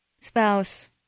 spouse